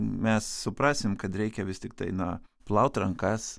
mes suprasim kad reikia vis tiktai na plaut rankas